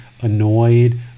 annoyed